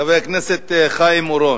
חבר הכנסת חיים אורון,